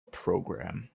program